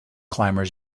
climbers